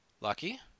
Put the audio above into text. Lucky